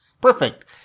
Perfect